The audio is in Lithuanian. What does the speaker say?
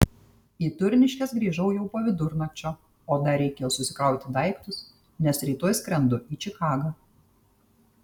į turniškes grįžau jau po vidurnakčio o dar reikėjo susikrauti daiktus nes rytoj skrendu į čikagą